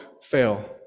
fail